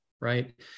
right